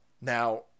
Now